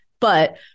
but-